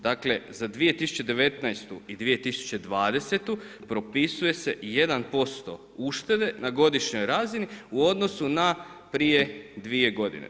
Dakle za 2019. i 2020. propisuje se i 1% uštede na godišnjoj razini u odnosu na prije 2 godine.